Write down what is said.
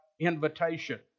invitation